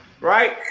right